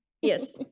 Yes